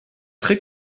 très